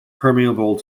permeable